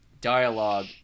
dialogue